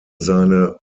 seine